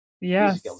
Yes